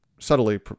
subtly